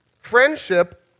friendship